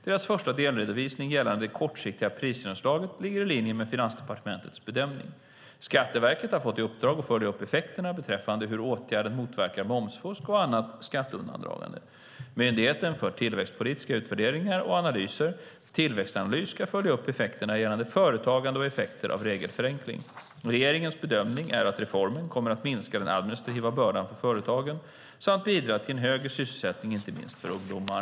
Deras första delredovisning gällande det kortsiktiga prisgenomslaget ligger i linje med Finansdepartementets bedömning. Skatteverket har fått i uppdrag att följa upp effekterna beträffande hur åtgärden motverkar momsfusk och annat skatteundandragande. Myndigheten för tillväxtpolitiska utvärderingar och analyser, Tillväxtanalys, ska följa upp effekterna gällande företagande och effekterna av regelförenklingen. Regeringens bedömning är att reformen kommer att minska den administrativa bördan för företagen samt bidra till en högre sysselsättning, inte minst för ungdomar.